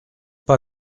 pas